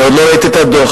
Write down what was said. אני עוד לא ראיתי את הדוח,